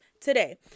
today